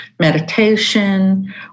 meditation